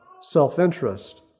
self-interest